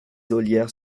ollières